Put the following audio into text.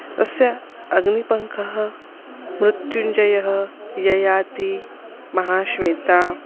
अस्य अग्निपङ्कः मृत्युञ्जयः ययाति महाश्वेता